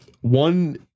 one